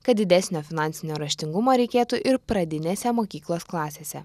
kad didesnio finansinio raštingumo reikėtų ir pradinėse mokyklos klasėse